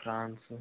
France